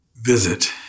visit